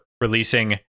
releasing